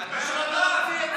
אתה שקרן.